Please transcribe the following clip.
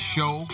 Show